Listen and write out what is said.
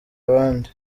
abandi